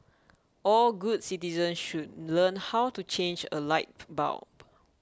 all good citizens should learn how to change a light bulb